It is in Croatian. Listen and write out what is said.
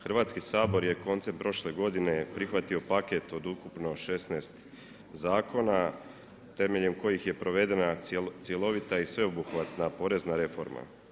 Hrvatski sabor je koncem prošle godine je prihvatio paket od ukupno 16 zakona, temeljem kojih je provedena cjelovita i sveobuhvatna porezna reforma.